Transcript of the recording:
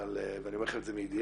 אבל אני אומר לכם את זה מידיעה